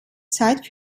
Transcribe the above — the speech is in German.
zeit